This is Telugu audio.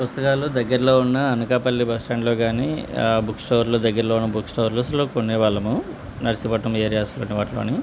పుస్తకాలు దగ్గరలో ఉన్న అనకాపల్లి బస్ స్టాండ్లో కానీ బుక్ స్టోర్లు దగ్గరలో ఉన్న బుక్ స్టోర్స్లో కొనే వాళ్ళం నర్సీపట్నం ఏరియాస్లోని వాటిలోని